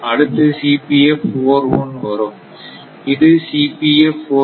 அடுத்து வரும் இது ஆகும்